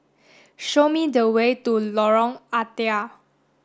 show me the way to Lorong Ah Thia